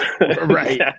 right